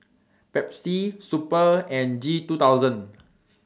Pepsi Super and G two thousand